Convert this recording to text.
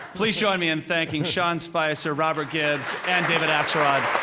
please join me in thanking sean spicer, robert gibbs, and david axelrod.